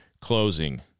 closing